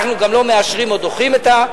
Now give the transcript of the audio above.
אנחנו גם לא מאשרים או דוחים את ההחלטה.